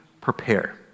prepare